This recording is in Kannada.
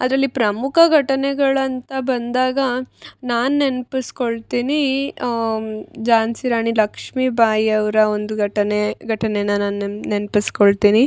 ಅದರಲ್ಲಿ ಪ್ರಮುಖ ಘಟನೆಗಳ್ ಅಂತ ಬಂದಾಗ ನಾನು ನೆನಪಿಸ್ಕೊಳ್ತೀನೀ ಝಾನ್ಸಿ ರಾಣಿ ಲಕ್ಷ್ಮಿಬಾಯಿ ಅವರ ಒಂದು ಘಟನೆ ಘಟನೇ ನಾನು ನೆನ್ಪು ನೆನಿಪಿಸ್ಕೊಳ್ತೀನಿ